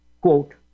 quote